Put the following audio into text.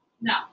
No